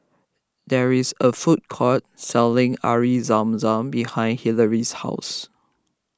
there is a food court selling Air Zam Zam behind Hilary's house